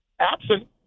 absent